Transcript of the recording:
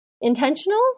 intentional